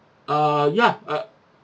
err ya uh